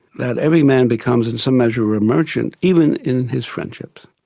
that every man becomes in some measure a merchant, even in his friendships.